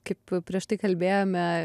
kaip prieš tai kalbėjome